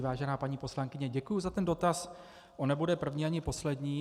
Vážená paní poslankyně, děkuju za ten dotaz, on nebude první ani poslední.